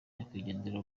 nyakwigendera